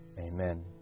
Amen